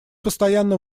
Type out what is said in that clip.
постоянно